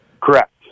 Correct